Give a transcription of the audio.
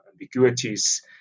ambiguities